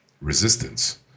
resistance